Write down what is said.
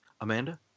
Amanda